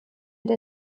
der